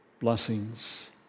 blessings